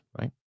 right